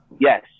Yes